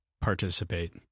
participate